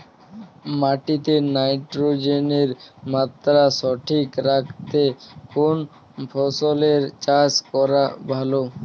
মাটিতে নাইট্রোজেনের মাত্রা সঠিক রাখতে কোন ফসলের চাষ করা ভালো?